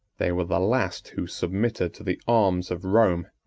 they were the last who submitted to the arms of rome,